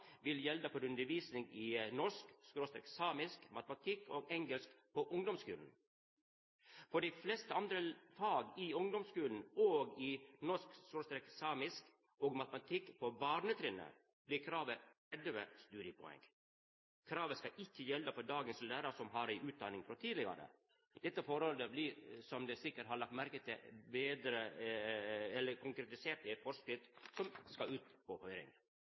vil gjelda for undervisning i norsk/samisk, matematikk og engelsk på ungdomsskulen. For dei fleste andre faga i ungdomsskulen og i norsk/samisk og matematikk på barnetrinnet, vert kravet 30 studiepoeng. Kravet skal ikkje gjelda for dagens lærarar som har ei utdanning frå tidlegare. Dette forholdet blir – som ein sikkert har lagt merke til – konkretisert i ei forskrift som skal ut på høyring.